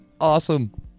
awesome